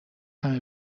همه